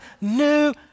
new